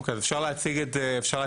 אוקי אז אפשר להציג את זה,